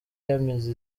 yamize